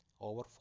over